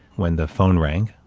when the phone rang,